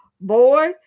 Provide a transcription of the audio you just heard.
Boy